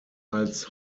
als